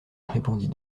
répondit